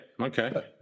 okay